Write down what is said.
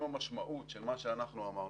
עם המשמעות של מה שאנחנו אמרנו,